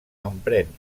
emprèn